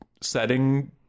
setting